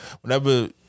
whenever